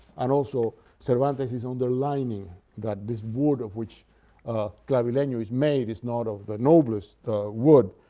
and also cervantes is underlining that this wood of which ah clavileno is made is not of the noblest wood.